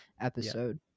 episode